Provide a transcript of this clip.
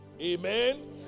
Amen